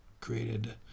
created